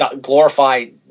glorified